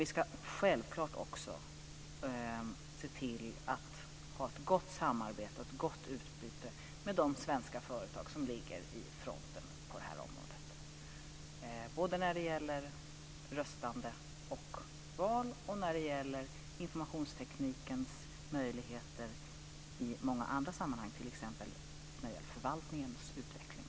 Vi ska självklart också se till att ha ett gott samarbete och utbyte med de svenska företag som ligger i fronten på det här området både när det gäller röstande och val och när det gäller informationsteknikens möjligheter i många andra sammanhang, t.ex. när det gäller förvaltningens utveckling framöver.